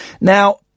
Now